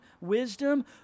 wisdom